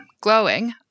glowing